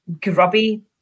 grubby